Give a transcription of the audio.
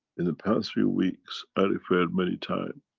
in the past few weeks i referred many times.